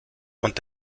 und